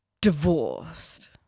Divorced